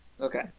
Okay